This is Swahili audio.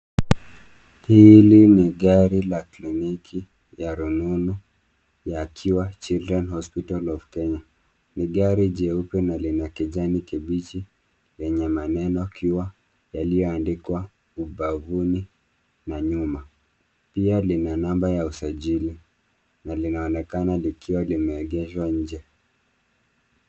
Hili ni gari la kliniki ya rununu ya Cure Children's hospital of Kenya . Ni gari jeupe na lina kijani kibichi yenye maneno ikiwa yaliyoandikwa ubavuni na nyuma, pia lina namba ya usajili na linaonekana likiwa limeegeshwa nje.